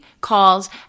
calls